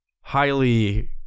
highly